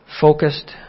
Focused